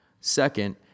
Second